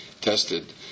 tested